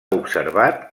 observat